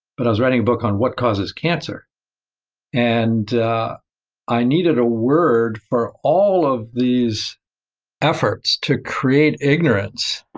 but i was writing a book on what causes cancer and i needed a word for all of these efforts to create ignorance.